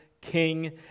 king